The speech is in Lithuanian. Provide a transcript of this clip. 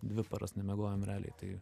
dvi paras nemiegojom realiai tai